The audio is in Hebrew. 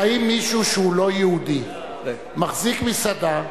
אם מישהו שהוא לא יהודי מחזיק מסעדה,